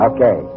Okay